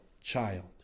child